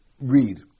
read